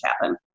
happen